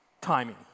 timing